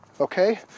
okay